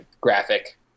graphic